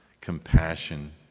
compassion